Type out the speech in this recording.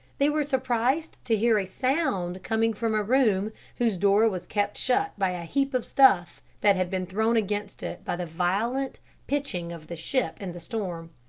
they were surprised to hear a sound coming from a room whose door was kept shut by a heap of stuff that had been thrown against it by the violent pitching of the ship in the storm.